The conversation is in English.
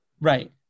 right